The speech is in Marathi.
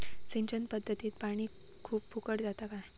सिंचन पध्दतीत पानी खूप फुकट जाता काय?